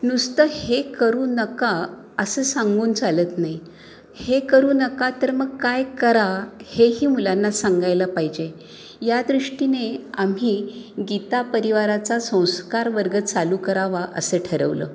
नुसतं हे करू नका असं सांगून चालत नाही हे करू नका तर मग काय करा हेही मुलांना सांगायला पाहिजे या दृष्टीने आम्ही गीता परिवाराचा संस्कार वर्ग चालू करावा असं ठरवलं